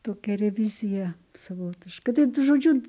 tokia revizija savotiška žodžiu